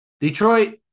Detroit